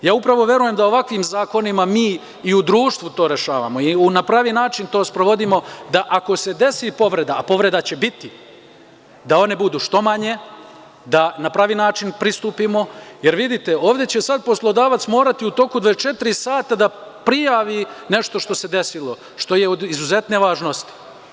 Upravo verujem da ovakvim zakonima mi i u društvu to rešavamo i na pravi način to sprovodimo, da ako se desi povreda, a povreda će biti, da one budu što manje, da na pravi način pristupimo, jer vidite ovde će sada poslodavac morati u toku 24 sata da prijavi nešto što se desilo, što je od izuzetne važnosti.